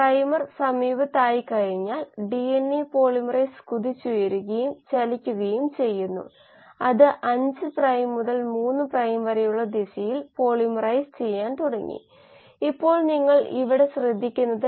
സമവാക്യങ്ങളുടെ എണ്ണം അറിയാത്തവയുടെ എണ്ണം ഡിഗ്രീ ഓഫ് ഫ്രീഡംഅളവ് നിങ്ങൾക്കറിയാം ഈ സമവാക്യങ്ങൾ പൂർണ്ണമായും പരിഹരിക്കുന്നതിന് അറിയേണ്ട സ്വതന്ത്ര ചരങ്ങളുടെ എണ്ണമാണ് ഡിഗ്രീ ഓഫ് ഫ്രീഡം അളവ് നമുക്ക് 3 സമവാക്യങ്ങളുണ്ട് 5 എണ്ണം അറിയാത്തവയാണ്